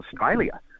Australia